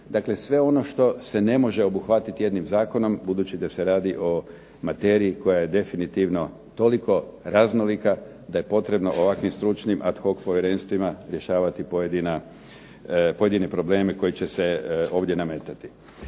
dakle sve ono što se ne može obuhvatiti jednim zakonom budući da se radi o materiji koja je definitivno toliko raznolika da je potrebno ovakvim stručnim ad hoc povjerenstvima rješavati pojedine probleme koji će se ovdje nametati.